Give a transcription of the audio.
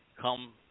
come